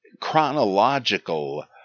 chronological